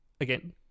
Again